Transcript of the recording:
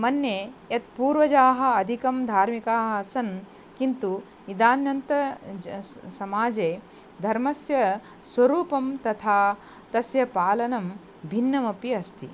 मन्ये यत् पूर्वजाः अधिकं धार्मिकाः सन्तः किन्तु इदानीन्तन समाजे धर्मस्य स्वरूपं तथा तस्य पालनं भिन्नमपि अस्ति